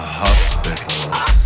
hospitals